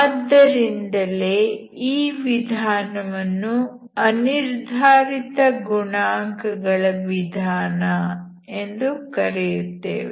ಆದ್ದರಿಂದಲೇ ಈ ವಿಧಾನವನ್ನು ಅನಿರ್ಧಾರಿತ ಗುಣಾಂಕ ಗಳ ವಿಧಾನ ಎಂದು ಕರೆಯುತ್ತೇವೆ